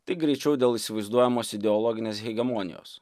tai greičiau dėl įsivaizduojamos ideologinės hegemonijos